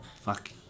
fuck